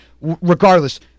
Regardless